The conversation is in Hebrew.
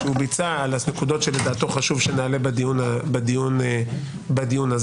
על נקודות שלדעתו חשוב שנעלה בדיון הזה.